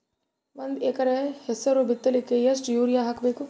ಒಂದ್ ಎಕರ ಹೆಸರು ಬಿತ್ತಲಿಕ ಎಷ್ಟು ಯೂರಿಯ ಹಾಕಬೇಕು?